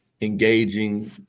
Engaging